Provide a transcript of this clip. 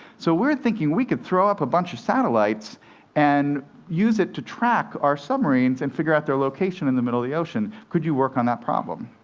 so we're thinking we could throw up a bunch of satellites and use it to track our submarines and figure out their location in the middle of the ocean. could you work on that problem?